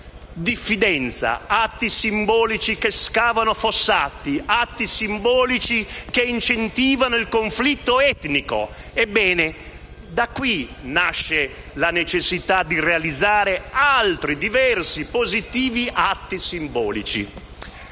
diffidenza, che scavano fossati, che incentivano il conflitto etnico. Ebbene, da qui nasce la necessità di realizzare altri, diversi, positivi atti simbolici.